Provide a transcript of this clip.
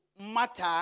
matter